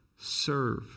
serve